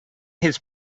his